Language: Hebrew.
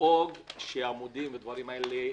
לדאוג שעמודים ודברים כאלה,